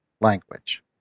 language